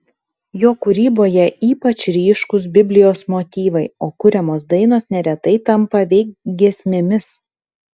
jo kūryboje ypač ryškūs biblijos motyvai o kuriamos dainos neretai tampa veik giesmėmis